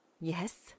Yes